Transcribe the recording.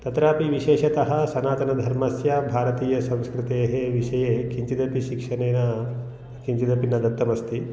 तत्रापि विशेषतः सनातनधर्मस्य भारतीयसंस्कृतेः विषये किञ्चिदपि शिक्षनेन किञ्चिदपि न दत्तमस्ति